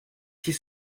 six